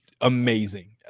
amazing